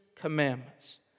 commandments